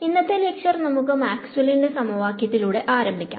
ഇന്നത്തെ ലെക്ചർ നമുക്ക് മാക്സ്വെല്ലിന്റെ സമവാക്യത്തിലൂടെ Maxwells equation ആരംഭിക്കാം